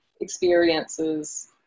experiences